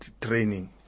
training